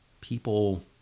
people